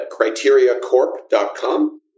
CriteriaCorp.com